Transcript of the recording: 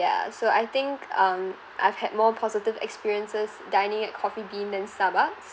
ya so I think um I've had more positive experiences dining at coffee bean than Starbucks